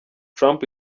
trump